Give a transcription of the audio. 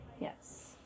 Yes